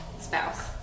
spouse